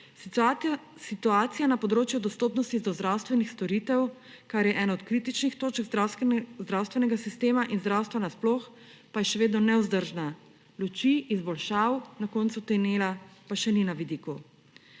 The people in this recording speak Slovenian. Situacija na področju dostopnosti do zdravstvenih storitev, kar je ena od kritičnih točk zdravstvenega sistema in zdravstva sploh, pa je še vedno nevzdržna, luči izboljšav na koncu tunela pa še ni na vidiku.